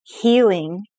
Healing